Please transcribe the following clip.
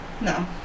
No